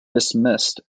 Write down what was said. dismissed